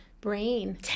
brain